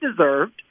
deserved